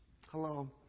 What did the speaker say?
Hello